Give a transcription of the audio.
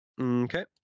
Okay